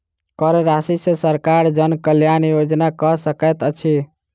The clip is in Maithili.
कर राशि सॅ सरकार जन कल्याण योजना कअ सकैत अछि